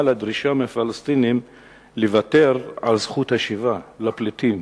לדרישה מהפלסטינים לוותר על זכות השיבה לפליטים.